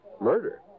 Murder